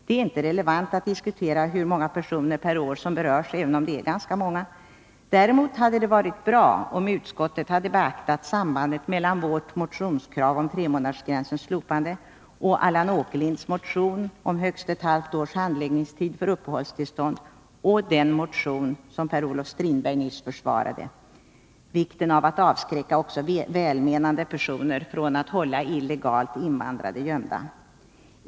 Det är inte relevant att diskutera hur många personer per år som berörs, även om det är ganska många. Däremot hade det varit bra om utskottet hade beaktat sambandet mellan vårt motionskrav om tremånadersgränsens slopande och Allan Åkerlinds motion om högst ett halvt års handläggningstid för uppehållstillstånd och den motion som Per-Olof Strindberg nyss försvarade om vikten av att avskräcka också välmenande personer från att hålla illegalt invandrade gömda.